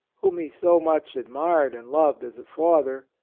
whom he so much admired and loved as a father,